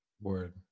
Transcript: Word